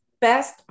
best